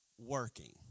working